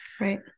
Right